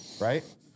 Right